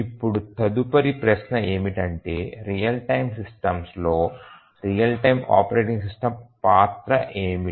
ఇప్పుడు తదుపరి ప్రశ్న ఏమిటంటే రియల్ టైమ్ సిస్టమ్స్లో రియల్ టైమ్ ఆపరేటింగ్ సిస్టమ్స్ పాత్ర ఏమిటి